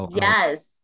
Yes